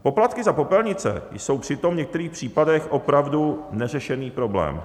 Poplatky za popelnice jsou přitom v některých případech opravdu neřešený problém.